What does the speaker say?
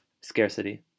scarcity